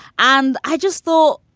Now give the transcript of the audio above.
and i just thought,